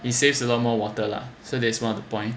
it saves a lot more water lah so that is one of the point